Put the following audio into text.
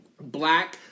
Black